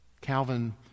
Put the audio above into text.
Calvin